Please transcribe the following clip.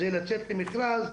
זה לצאת למכרז.